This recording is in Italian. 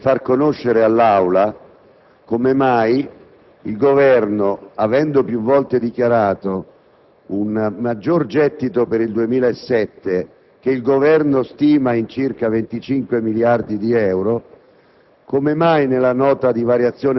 La richiesta era quella di far conoscere all'Aula come mai, avendo il Governo più volte indicato un maggior gettito per il 2007, stimato in circa 25 miliardi di euro,